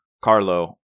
Carlo